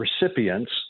recipients